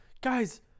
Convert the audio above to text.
guys